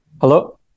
Hello